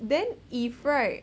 then if right